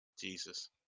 Jesus